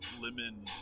lemon